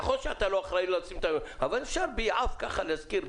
נכון שאתה לא אחראי, אבל אפשר ביעף להזכיר.